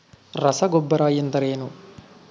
ರಸಗೊಬ್ಬರ ಎಂದರೇನು?